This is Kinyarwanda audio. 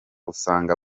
usanga